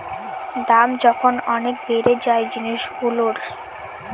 দাম যখন অনেক বেড়ে যায় জিনিসগুলোর